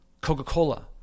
Coca-Cola